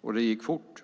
Och det gick fort.